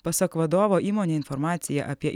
pasak vadovo įmonė informaciją apie